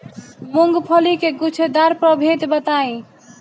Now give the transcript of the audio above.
मूँगफली के गूछेदार प्रभेद बताई?